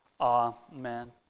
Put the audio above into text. Amen